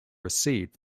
received